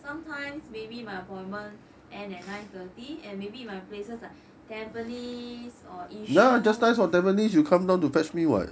sometimes maybe my appointment end at nine thirty and maybe my places like tampines or yishun